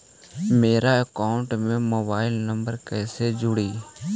मेरा अकाउंटस में mobile number कैसे जुड़उ?